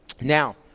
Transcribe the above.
Now